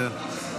לא בסדר.